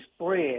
spread